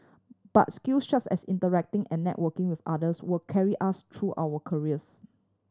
but skill such as interacting and networking with others will carry us through our careers